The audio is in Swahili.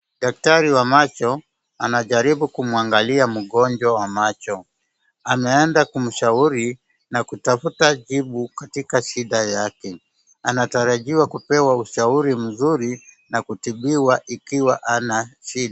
Daktari wa macho anajaribu kumwangalia mgonjwa wa macho. Ameenda kumshauri na kutafuta jibu katika shida yake. Anatarajiwa kupewa ushauri mzuri na kutibiwa ikiwa ana shida.